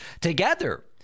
together